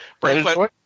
Brandon